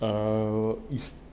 err